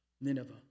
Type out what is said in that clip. Nineveh